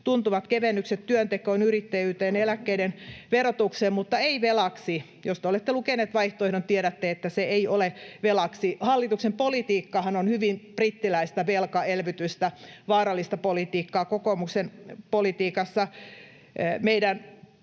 tuntuvat kevennykset työntekoon, yrittäjyyteen, eläkkeiden verotukseen, mutta ei velaksi. Jos te olette lukeneet vaihtoehdon, tiedätte, että se ei ole velaksi. Hallituksen politiikkahan on hyvin brittiläistä velkaelvytystä, vaarallista politiikkaa. Kokoomuksen politiikassa